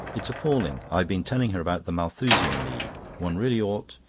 it's appalling. i've been telling her about the malthusian league. one really ought.